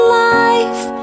life